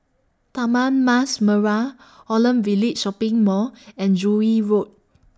Taman Mas Merah Holland Village Shopping Mall and Joo Yee Road